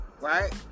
right